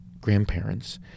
grandparents